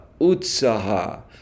Utsaha